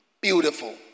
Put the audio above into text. beautiful